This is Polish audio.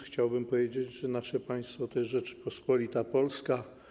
Chciałbym powiedzieć, że nasze państwo to jest Rzeczpospolita Polska.